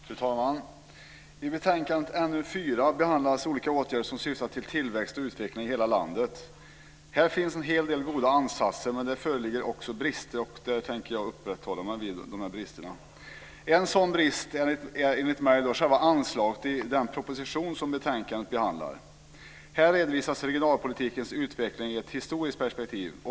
Fru talman! I betänkandet NU4 behandlas olika åtgärder som syftar till tillväxt och utveckling i hela landet. Här finns en hel del goda ansatser, men det föreligger också brister, och jag tänker uppehålla mig vid dessa. Jag menar att en sådan brist är själva anslaget i den proposition behandlas i betänkandet. I den redovisas regionalpolitikens utveckling i ett historiskt perspektiv.